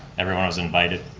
everyone was invited,